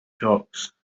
talks